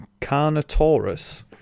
Carnotaurus